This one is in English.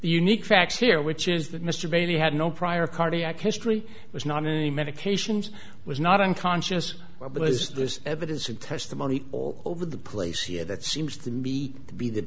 unique facts here which is that mr bailey had no prior cardiac history was not any medications was not unconscious or because there's evidence of testimony all over the place here that seems to me to be the